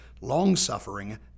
long-suffering